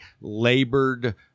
labored